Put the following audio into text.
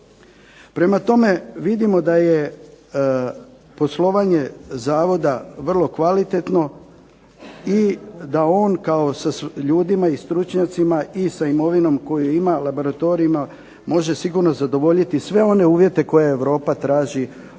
Prema tome, vidimo da je poslovanje Zavoda vrlo kvalitetno i da on sa stručnjacima i ljudima i sa imovinom koju ima, laboratorijima može zadovoljiti sve one uvjete koje Europa traži od